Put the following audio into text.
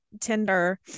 tinder